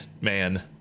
man